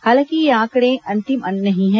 हालांकि ये आंकड़े अंतिम नहीं हैं